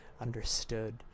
understood